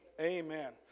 Amen